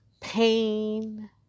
pain